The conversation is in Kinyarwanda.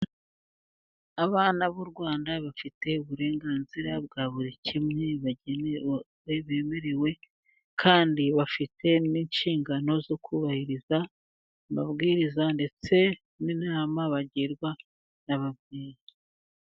Abana b'u Rwanda bafite uburenganzira bwa buri kimwe bemerewe, kandi bafite n'inshingano zo kubahiriza amabwiriza, ndetse n'inama bagirwa n'ababyeyi.